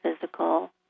physical